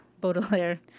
Baudelaire